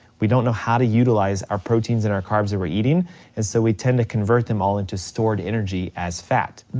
we don't know how to utilize our proteins and our carbs that we're eating and so we tend to convert them all into stored energy as fat.